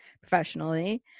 professionally